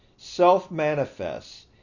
self-manifests